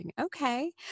Okay